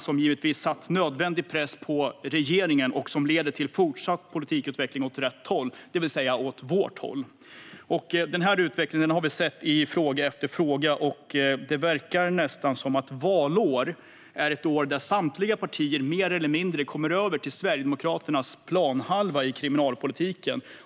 Det har satt nödvändig press på regeringen och leder den fortsatta politikutvecklingen åt rätt håll, det vill säga åt vårt håll. Den utvecklingen har vi sett i fråga efter fråga. Det verkar nästan som att valår är ett år där samtliga partier mer eller mindre kommer över till Sverigedemokraternas planhalva inom kriminalpolitiken.